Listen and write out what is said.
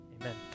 Amen